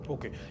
Okay